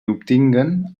obtinguen